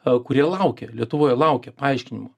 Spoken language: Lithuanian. a kurie laukia lietuvoje laukia paaiškinimo